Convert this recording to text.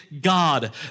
God